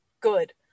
Good